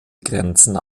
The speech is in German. grenzen